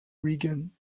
reagan